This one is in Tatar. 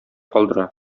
калдыра